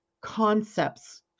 concepts